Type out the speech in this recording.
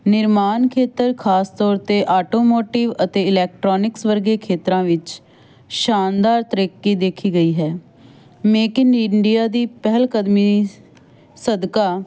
ਨਿਰਮਾਨ ਖੇਤਰ ਖਾਸ ਤੌਰ 'ਤੇ ਆਟੋਮੋਟਿਵ ਅਤੇ ਇਲੈਕਟ੍ਰੋਨਿਕਸ ਵਰਗੇ ਖੇਤਰਾਂ ਵਿੱਚ ਸ਼ਾਨਦਾਰ ਤਰੱਕੀ ਦੇਖੀ ਗਈ ਹੈ ਮੇਕ ਇਨ ਇੰਡੀਆ ਦੀ ਪਹਿਲਕਦਮੀ ਸਦਕਾ